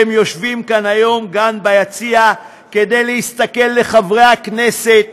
הם גם יושבים כאן היום ביציע כדי להסתכל לחברי הכנסת,